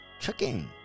tricking